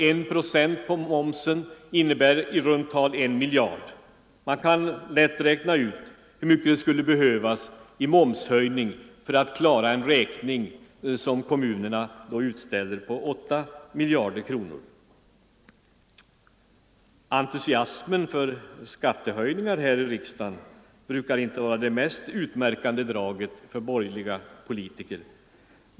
En procent på momsen innebär i runt tal en miljard. Man kan lätt räkna ut hur mycket det skulle behövas i momshöjning för att klara en räkning på 8 miljarder kronor, som kommunerna tydligen ställer ut. Entusiasmen för skattehöjningar här i riksdagen brukar inte vara det mest utmärkande draget för borgerliga politiker.